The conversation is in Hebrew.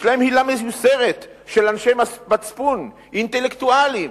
יש להם הילה מיוסרת של אנשי מצפון אינטלקטואלים,